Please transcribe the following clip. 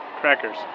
Crackers